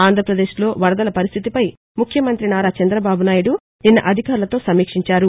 ఆంధ్రాప్రదేశ్లో వరదల పరిస్టితిపై ముఖ్యమంత్రి నారా చంద్రబాబునాయుడు నిన్న అధికారులతో సమీక్షించారు